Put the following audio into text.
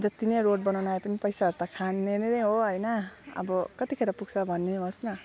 जत्ति नै रोड बनाउनु आए पनि पैसाहरू त खाने नै नै हो होइन अब कतिखेर पुग्छ भनिदिनु होस् न